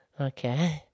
Okay